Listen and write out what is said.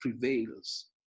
prevails